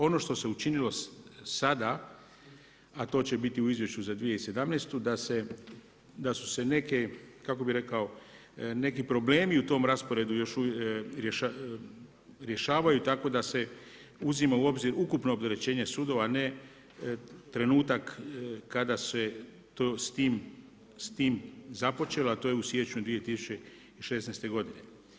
Ono što se učinilo sada a to će biti u izvješću za 2017. da su se neke kako bih rekao, neki problemi u tom rasporedu još uvijek rješavaju tako da se uzima u obzir ukupno opterećenja sudova a ne trenutak kada se s tim započelo a to je u siječnju 2016. godine.